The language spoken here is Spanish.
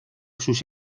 sus